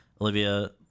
Olivia